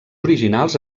originals